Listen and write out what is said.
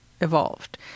evolved